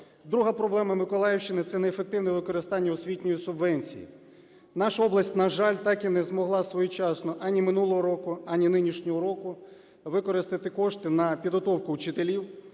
Друга проблема Миколаївщини – це неефективне використання освітньої субвенції. Наша область, на жаль, так і не змогла своєчасно, ані минулого року, ані нинішнього року, використати кошти на підготовку вчителів